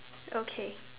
okay